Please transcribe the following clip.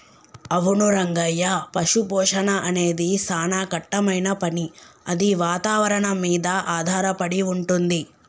అవును రంగయ్య పశుపోషణ అనేది సానా కట్టమైన పని అది వాతావరణం మీద ఆధారపడి వుంటుంది